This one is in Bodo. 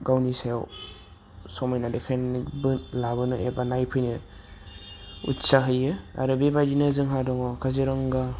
गावनि सायाव समायना देखायनानैबो लाबोनो एबा नायफैनो उत्सा होयो आरो बेबायदिनो जोंहा दङ काजिरंगा